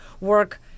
work